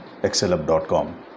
excelup.com